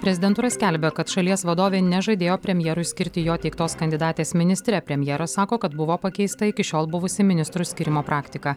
prezidentūra skelbia kad šalies vadovė nežadėjo premjerui skirti jo teiktos kandidatės ministre premjeras sako kad buvo pakeista iki šiol buvusi ministrų skyrimo praktika